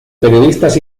periodistas